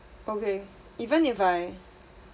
okay even if I